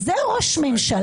זה לא ראש ממשלה.